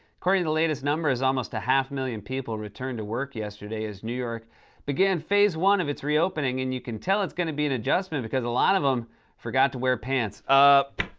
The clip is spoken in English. according to the latest numbers, almost a half million people returned to work yesterday as new york began phase one of its reopening and you can tell it's gonna be an adjustment because a lot of em forgot to wear pants. um